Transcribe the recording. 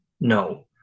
no